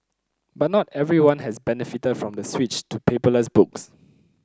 but not everyone has benefited from the switch to paperless books